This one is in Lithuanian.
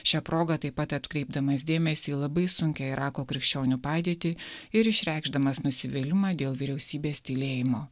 šia proga taip pat atkreipdamas dėmesį į labai sunkią irako krikščionių padėtį ir išreikšdamas nusivylimą dėl vyriausybės tylėjimo